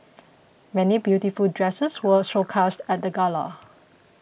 many beautiful dresses were showcased at the gala